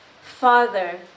Father